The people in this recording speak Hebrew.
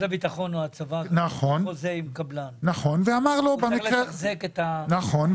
הביטחון או הצבא חתמו חוזה עם קבלן כדי לחזק את ה נכון,